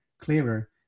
Clearer